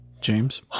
James